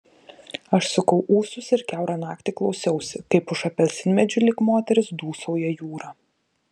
aš sukau ūsus ir kiaurą naktį klausiausi kaip už apelsinmedžių lyg moteris dūsauja jūra